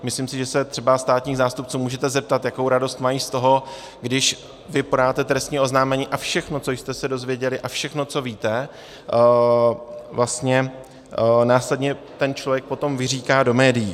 Myslím si, že se třeba státních zástupců můžete zeptat, jakou radost mají z toho, když vy podáte trestní oznámení a všechno, co jste se dozvěděli, a všechno, co víte, vlastně následně ten člověk potom vyříká do médií.